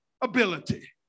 ability